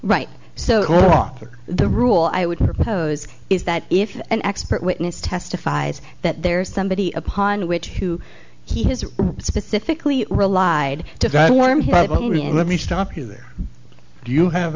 right so often the rule i would propose is that if an expert witness testifies that there is somebody upon which who he has specifically relied to i want to let me stop you there do you have